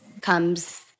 comes